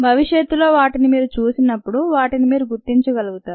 భవిష్యత్తులో వాటిని మీరు చూసినప్పుడు వాటిని మీరు గుర్తించగలుగుతారు